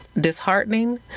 disheartening